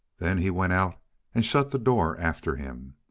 then he went out and shut the door after him.